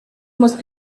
must